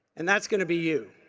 and that is going to be you.